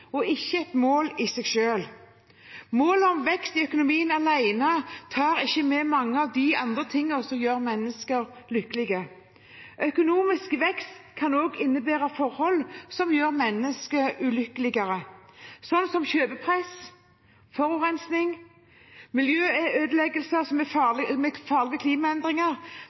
og ikke et mål i seg selv. Målet om vekst i økonomien alene tar ikke med mange av de andre tingene som gjør mennesker lykkelige. Økonomisk vekst kan også innebære forhold som gjør mennesker ulykkeligere. Kjøpepress, forurensning, miljøødeleggelser